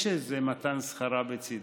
יש איזה מתן שכרה בצידה,